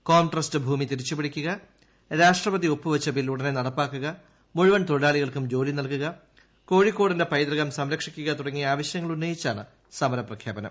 Comtrust ഭൂമിതിരിച്ചുപിടിക്കുക രാഷ്ട്രപതിഒപ്പ്വെച്ച bill ഉടനെ നടപ്പാക്കുകമുഴുവൻ തൊഴിലാളികൾക്കുംജോലി നല്കുക കോഴിക്കോടിന്റെ പൈതൃകം സംരക്ഷിക്കുകതുടങ്ങിയ ആവശ്യങ്ങളുന്നയിച്ചാണ് സമര പ്രഖ്യാപനം